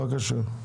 בבקשה.